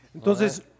Entonces